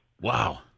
Wow